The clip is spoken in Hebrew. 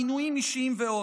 מינויים אישיים ועוד.